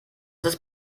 ist